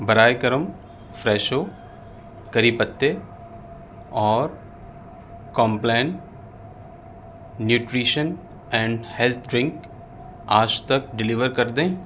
براے کرم Fresho curry پتے اور Complan nutrition and health drink آج تک ڈلیور کر دیں